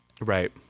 Right